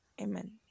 Amen